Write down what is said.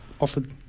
offered